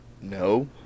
No